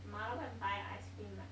mother go and buy ice cream right